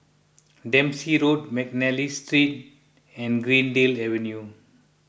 Dempsey Road McNally Street and Greendale Avenue